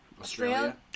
Australia